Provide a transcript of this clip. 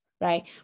right